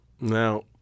Now